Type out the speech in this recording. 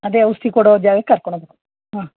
ಅದೇ ಔಷಧಿ ಕೊಡೋ ಜಾಗಕ್ಕೆ ಕರ್ಕೊಂಡು ಹೋಗ್ಬೇಕ್ ಹಾಂ